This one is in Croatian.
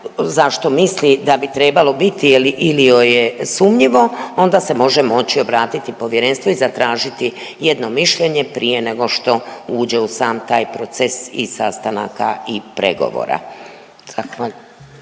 za što misli da bi trebalo biti ili joj je sumnjivo, onda se može moći obratiti povjerenstvu i zatražiti jedno mišljenje prije nego što uđe u sam taj proces i sastanaka i pregovora. Zahvaljujem.